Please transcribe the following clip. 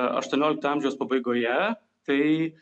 aštuoniolikto amžiaus pabaigoje tai